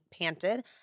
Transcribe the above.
panted